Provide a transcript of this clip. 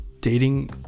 dating